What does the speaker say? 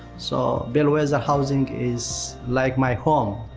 so bellwether housing is like my home.